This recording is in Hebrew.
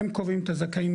הם קובעים את הזכאים,